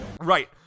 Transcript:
Right